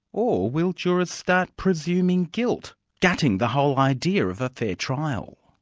or will jurors start presuming guilt, gutting the whole idea of a fair trial.